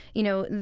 you know,